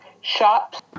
shops